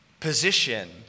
position